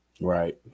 Right